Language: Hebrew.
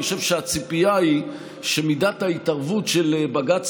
אני חושב שהציפייה היא שמידת ההתערבות של בג"ץ